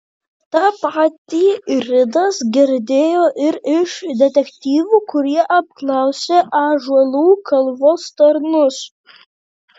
tą patį ridas girdėjo ir iš detektyvų kurie apklausė ąžuolų kalvos tarnus